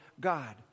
God